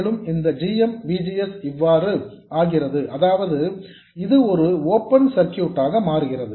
மேலும் இந்த g m V G S இவ்வாறு ஆகிறது அதாவது இது ஒரு ஓபன் சர்க்யூட் ஆக மாறுகிறது